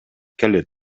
келет